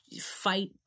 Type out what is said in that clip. fight